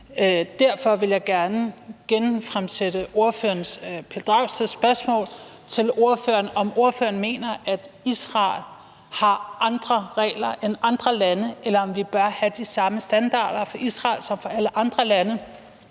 Derfor vil jeg gerne gentage Pelle Dragsteds spørgsmål til ordføreren om, om ordføreren mener, at Israel er underlagt andre regler end andre lande, eller om vi bør have de samme standarder for Israel som for alle andre lande,